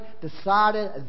decided